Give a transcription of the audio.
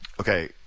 Okay